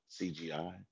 CGI